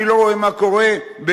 אני לא רואה מה קורה באירופה?